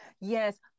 Yes